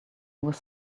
was